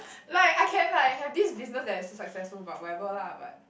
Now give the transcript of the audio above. like I can like have this business that is so successful but whatever lah but